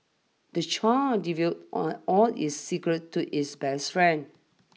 the child divulged all all his secret to his best friend